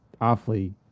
awfully